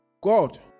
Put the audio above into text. God